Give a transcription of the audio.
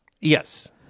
Yes